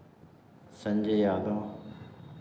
Sanjay Yadav